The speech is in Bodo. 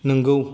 नोंगौ